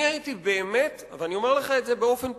הייתי באמת, ואני אומר לך את זה באופן פתוח,